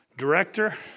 director